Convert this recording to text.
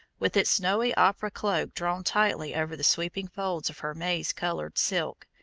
with its snowy opera-cloak drawn tightly over the sweeping folds of her maize colored silk,